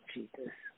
Jesus